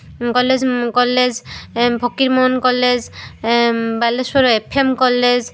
college college Fakir Mohan college Baleswar F M college